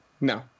no